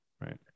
right